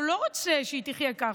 הוא לא רוצה שהיא תחיה ככה.